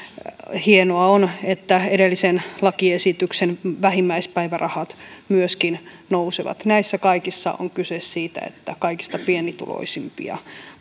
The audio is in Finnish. hienoa on että edellisen lakiesityksen vähimmäispäivärahat myöskin nousevat näissä kaikissa on kyse siitä että kaikista pienituloisimpia